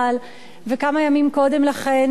וכמה ימים קודם לכן נפטר